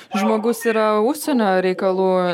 žmogus yra užsienio reikalų